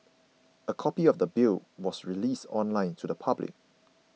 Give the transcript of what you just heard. a copy of the Bill was released online to the public